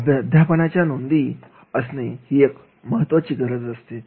अध्यापनाच्या नोंदी असणे ही एक महत्त्वाची गरज असते